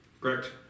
Correct